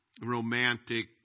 romantic